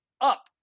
up